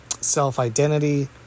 self-identity